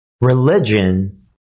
religion